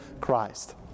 Christ